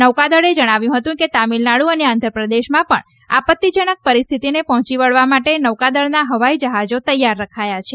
નોકાદળે જણાવ્યું હતું કે તમીનનાડુ અને આંધ્રપ્રદેશમાં પણ આપત્તિજનક પરિસ્થિતિને પહોંચીવળવા માટે નૌકાદળોના હવાઇ જહાજો તૈયાર રખાયા છે